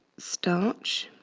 starch